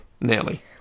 nearly